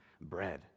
bread